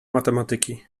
matematyki